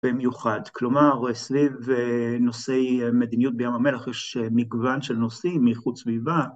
במיוחד, כלומר סביב נושאי מדיניות בים המלח יש מגוון של נושאים מאיכות סביבה...